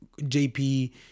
JP